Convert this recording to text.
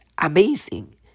amazing